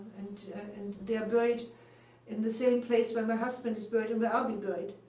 and and they are buried in the same place where my husband is buried, and where i'll be buried.